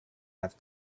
have